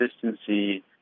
consistency